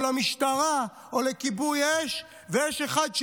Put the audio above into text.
למשטרה או לכיבוי אש ויש אחד שלא,